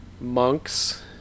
monks